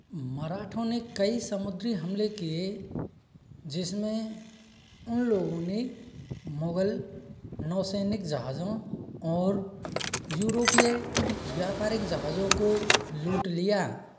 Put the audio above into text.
मराठों ने कई समुद्री हमले किए जिसमें उन लोगों ने मुगल नौसैनिक जहाजों और यूरोपीय व्यापारिक जहाजों को लूट लिया